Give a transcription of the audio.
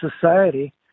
society